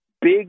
big